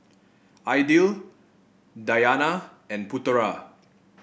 Aidil Dayana and Putera